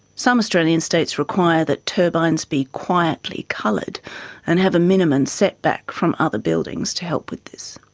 some australian states require that turbines be quietly coloured and have a minimum setback from other buildings to help with this.